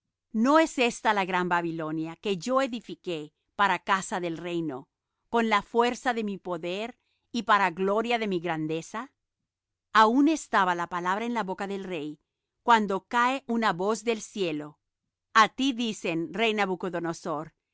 no es ésta la gran babilonia que yo edifiqué para casa del reino con la fuerza de mi poder y para gloria de mi grandeza aun estaba la palabra en la boca del rey cuando cae una voz del cielo a ti dicen rey